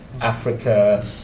Africa